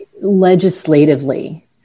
legislatively